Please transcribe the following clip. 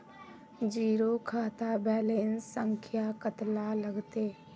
Zero खाता balance संख्या कतला लगते?